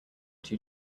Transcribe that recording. two